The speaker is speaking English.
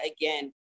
again